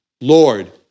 Lord